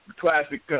classic